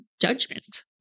judgment